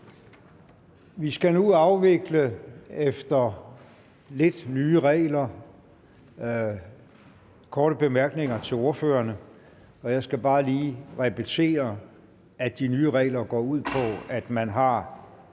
Vi skal nu afvikle korte bemærkninger til ordførerne efter nye regler. Jeg skal bare lige repetere, at de nye regler går ud på, at man har